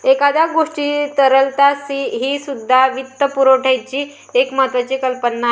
एखाद्या गोष्टीची तरलता हीसुद्धा वित्तपुरवठ्याची एक महत्त्वाची संकल्पना आहे